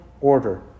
order